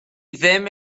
ddim